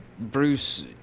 Bruce